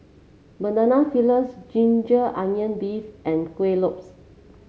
Banana Fritters Ginger Onions beef and Kuih Lopes